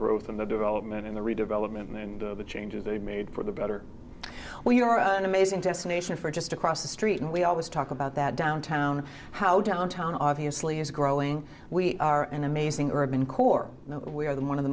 the development in the redevelopment and the changes they've made for the better where you are an amazing destination for just across the street and we always talk about that downtown how downtown obviously is growing we are an amazing urban core where the one of the